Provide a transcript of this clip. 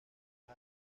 mar